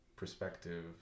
Perspective